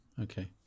okay